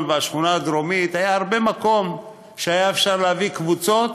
והשכונה הדרומית היה הרבה מקום שהיה אפשר להביא קבוצות